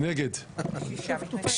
6 9 בעד,